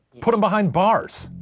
put them behind bars.